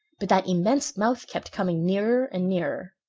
but that immense mouth kept coming nearer and nearer.